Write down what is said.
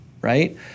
right